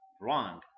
wrong